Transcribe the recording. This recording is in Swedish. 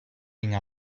inga